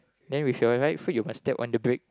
then with your right foot you must step on the break